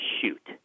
shoot